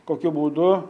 kokiu būdu